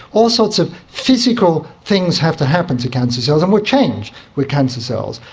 all sorts of physical things have to happen to cancer cells and will change with cancer cells.